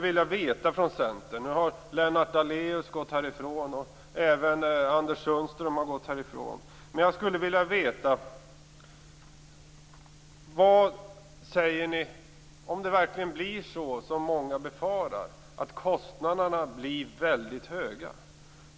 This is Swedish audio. Daléus gått härifrån vilket även Anders Sundström har gjort - vad man säger om det verkligen blir så som många befarar, att kostnaderna blir väldigt höga.